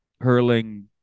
hurling